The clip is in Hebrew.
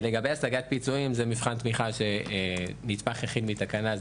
לגבי השגת פיצויים זה מבחן תמיכה שנתמך יחיד מתקנה,